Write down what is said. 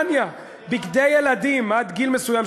בגדי ילדים עד גיל מסוים,